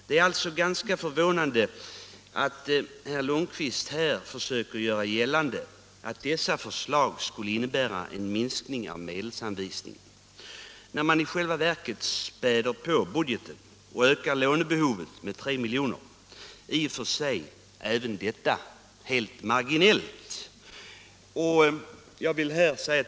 Det är alltså ganska förvånande att herr Lundkvist här försöker göra gällande att dessa förslag skulle innebära en minskning av medelsanvisningen, när man i själva verket späder på budgeten och ökar lånebehovet med 3 milj.kr. — i och för sig även detta helt marginellt.